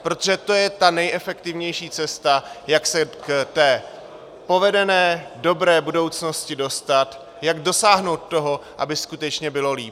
Protože to je ta nejefektivnější cesta, jak se k té povedené, dobré budoucnosti dostat, jak dosáhnout toho, aby skutečně bylo líp.